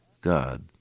God